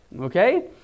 Okay